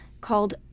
called